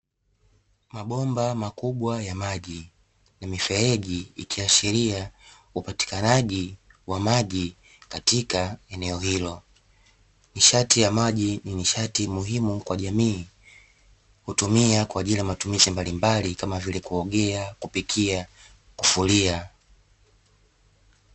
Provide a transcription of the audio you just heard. Mabomba makubwa ya maji na mifereji ikiashiria upatikanaji wa maji katika eneo hilo, nishati ya maji ni nishati muhimu kwa jamii hutumia kwa ajili ya matumizi mbalimbali kama vile kuogea, kupikia, kufulia.